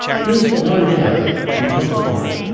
here's laurie garrett on the health report.